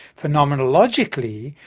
phenomenologically,